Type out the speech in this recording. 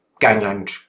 gangland